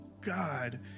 God